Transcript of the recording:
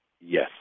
Yes